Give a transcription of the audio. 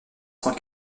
cent